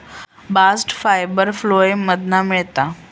bast fibre phloem मधना मिळता